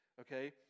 okay